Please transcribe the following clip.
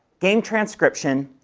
game transcription,